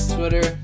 Twitter